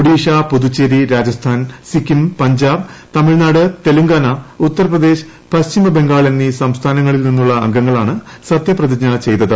ഒഡീഷ പുതുച്ചേരി രാജസ്ഥാൻ സിക്കിം പഞ്ചാബ് തമിഴ്നാട് തെലുങ്കാന ഉത്തർപ്രദേശ് പശ്ചിമബംഗാൾ എന്നീ സംസ്ഥാനങ്ങളിൽ നിന്നുള്ള അംഗങ്ങളാണ് സത്യപ്രതിജ്ഞ ചെയ്തത്